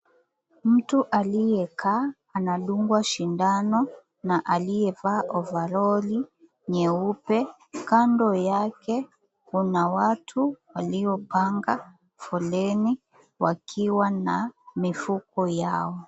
Mtu aliyekaa anadungwa sindano na aliyevaa ovaroli nyeupe, kando yake kuna watu waliopanga foleni wakiwa na mifuko yao.